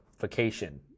vacation